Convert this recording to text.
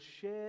share